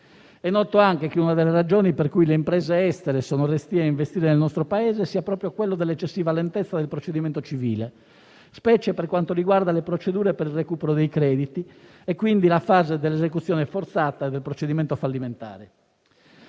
noto che una delle ragioni per cui le imprese estere sono restie ad investire nel nostro Paese sia proprio quella della eccessiva lentezza del procedimento civile, specie per quanto riguarda le procedure per il recupero dei crediti e quindi la fase dell'esecuzione forzata e del procedimento fallimentare.